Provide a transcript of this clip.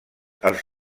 els